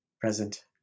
present